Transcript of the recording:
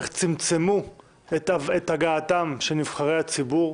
איך צמצמו את הגעתם על נבחרי הציבור.